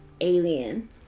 alien